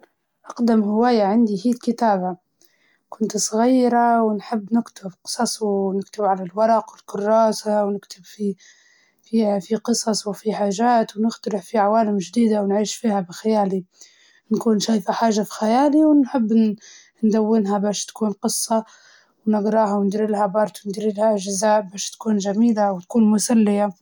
كنت أحب الكتابة من وأنا صغيرة كنت نكتب خواطر عن يومي، وبعدها تطورت وكتبت قصص قصيرة.